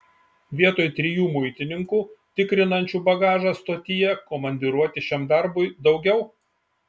vietoj trijų muitininkų tikrinančių bagažą stotyje komandiruoti šiam darbui daugiau